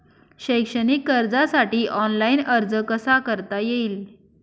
शैक्षणिक कर्जासाठी ऑनलाईन अर्ज कसा करता येईल?